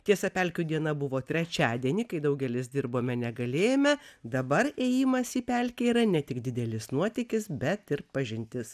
tiesa pelkių diena buvo trečiadienį kai daugelis dirbome negalėjome dabar ėjimas į pelkę yra ne tik didelis nuotykis bet ir pažintis